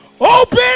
Open